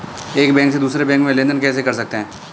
एक बैंक से दूसरे बैंक में लेनदेन कैसे कर सकते हैं?